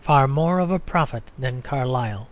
far more of a prophet than carlyle.